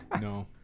No